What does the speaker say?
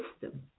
system